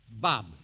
Bob